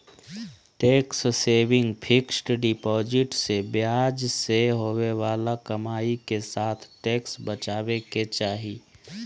tax saving fixed deposit से ब्याज से होवे बाला कमाई के साथ टैक्स बचाबे के चाही